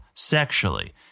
Sexually